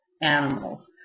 Animals